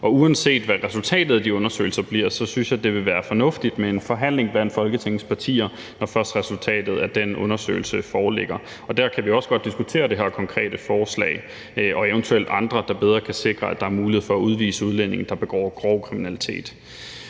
Og uanset hvad resultatet af de undersøgelser bliver, synes jeg, det vil være fornuftigt med en forhandling blandt Folketingets partier, når først resultatet af den undersøgelse foreligger, og der kan vi også godt diskutere det her konkrete forslag og eventuelt andre, der bedre kan sikre mulighederne for at udvise udlændinge, der begår grov kriminalitet.